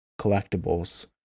collectibles